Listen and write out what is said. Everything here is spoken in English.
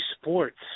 sports